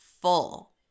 full